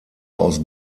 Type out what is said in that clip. aus